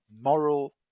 moral